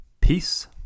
Peace